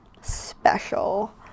special